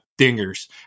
dingers